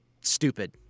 stupid